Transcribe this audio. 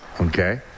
Okay